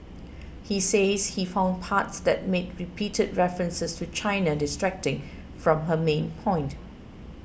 he says he found parts that made repeated references to China distracting from her main point